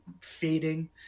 fading